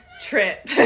trip